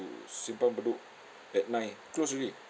simpang bedok at nine closed already